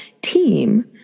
team